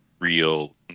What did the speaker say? real